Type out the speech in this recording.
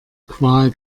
qual